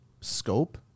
scope